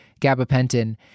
gabapentin